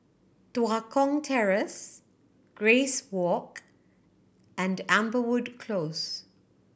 Tua Kong Terrace Grace Walk and Amberwood Close